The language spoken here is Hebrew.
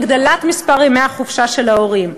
הגדלת מספר ימי החופשה של ההורים.